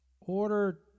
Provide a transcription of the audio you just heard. Order